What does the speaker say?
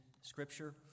Scripture